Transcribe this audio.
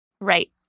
Right